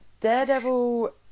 Daredevil